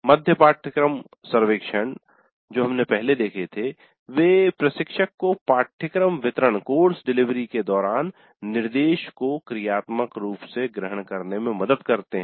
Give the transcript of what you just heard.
मध्य पाठ्यक्रम सर्वेक्षण जो हमने पहले देखे थे वे प्रशिक्षक को पाठ्यक्रम वितरण के दौरान निर्देश को क्रियात्मक रूप से ग्रहण करने में मदद करते हैं